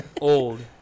old